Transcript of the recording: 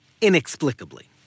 inexplicably